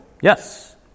yes